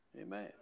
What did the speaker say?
Amen